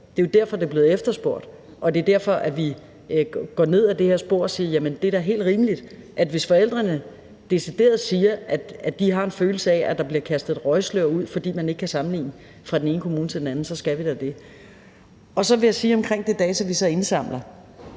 Det er jo derfor, det er blevet efterspurgt, og det er derfor, vi følger det her spor og siger, at det da er helt rimeligt, at vi skal det, hvis forældrene decideret siger, at de har en følelse af, at der bliver kastet et røgslør ud, fordi man ikke kan sammenligne fra den ene kommune til den anden. Så vil jeg omkring de data, vi så indsamler,